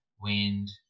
wind